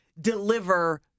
deliver